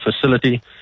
facility